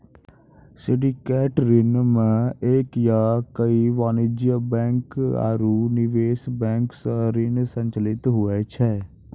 syndicated ऋण मे एक या कई वाणिज्यिक बैंक आरू निवेश बैंक सं ऋण संचालित हुवै छै